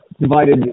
divided